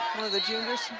one of the juniors.